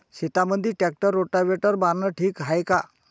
शेतामंदी tractor rotavator मारनं ठीक हाये का?